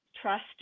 trust